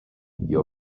your